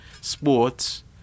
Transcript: sports